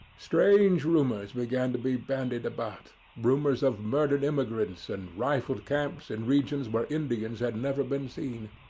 strange rumours began to be bandied about rumours of murdered immigrants and rifled camps in regions where indians had never been seen.